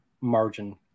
margin